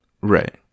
right